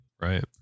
Right